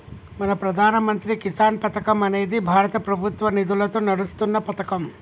మన ప్రధాన మంత్రి కిసాన్ పథకం అనేది భారత ప్రభుత్వ నిధులతో నడుస్తున్న పతకం